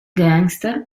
gangster